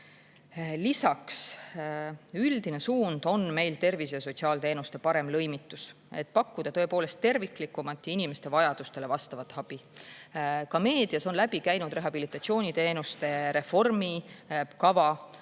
Lisaks, üldine suund on meil tervise‑ ja sotsiaalteenuste parem lõimitus, et pakkuda terviklikumat ja inimeste vajadustele vastavat abi. Ka meedias on läbi käinud rehabilitatsiooniteenuste reformi kava.